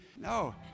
no